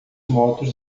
motos